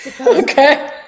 Okay